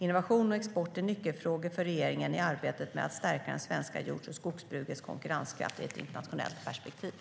Innovation och export är nyckelfrågor för regeringen i arbetet med att stärka det svenska jord och skogsbrukets konkurrenskraft i ett internationellt perspektiv.